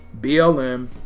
BLM